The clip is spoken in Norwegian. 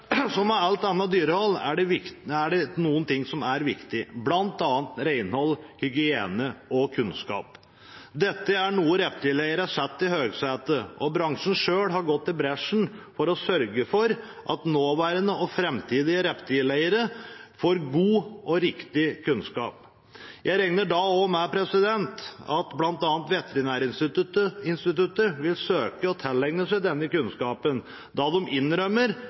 er viktig, bl.a. renhold, hygiene og kunnskap. Dette er noe reptileiere setter i høysetet, og bransjen selv har gått i bresjen for å sørge for at nåværende og framtidige reptileiere får god og riktig kunnskap. Jeg regner da også med at bl.a. Veterinærinstituttet vil søke å tilegne seg denne kunnskapen, da de innrømmer